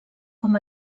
com